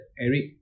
Eric